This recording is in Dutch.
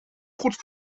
goed